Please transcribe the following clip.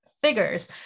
figures